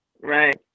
right